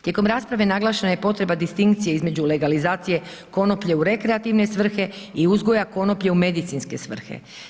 Tijekom rasprave naglašena je potreba distinkcije između legalizacije konoplje u rekreativne svrhe i uzgoja konoplje u medicinske svrhe.